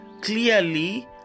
clearly